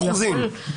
באחוזים.